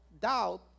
doubt